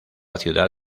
ciudad